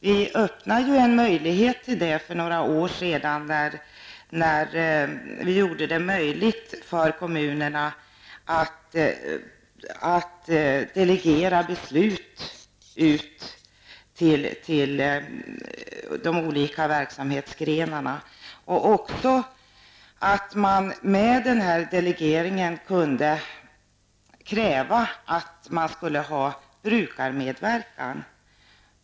Vi öppnade ju en möjlighet till det för några år sedan när vi gjorde det möjligt för kommunerna att delegera beslut till de olika verksamhetsgrenarna och även därigenom att de med den delegeringen kunde kräva att man skulle ha brukarmedverkan.